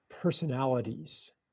personalities